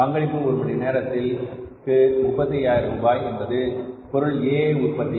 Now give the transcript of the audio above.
பங்களிப்பு ஒரு மணிநேரத்திற்கு 35 ரூபாய் என்பது பொருள் A உற்பத்தி